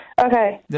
Okay